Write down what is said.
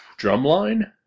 Drumline